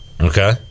Okay